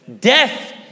Death